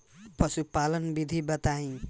पशुपालन विधि बताई?